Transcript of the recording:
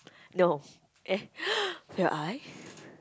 no eh will I